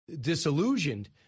disillusioned